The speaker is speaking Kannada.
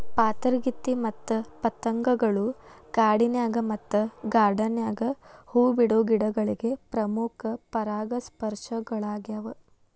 ಪಾತರಗಿತ್ತಿ ಮತ್ತ ಪತಂಗಗಳು ಕಾಡಿನ್ಯಾಗ ಮತ್ತ ಗಾರ್ಡಾನ್ ನ್ಯಾಗ ಹೂ ಬಿಡೋ ಗಿಡಗಳಿಗೆ ಪ್ರಮುಖ ಪರಾಗಸ್ಪರ್ಶಕಗಳ್ಯಾವ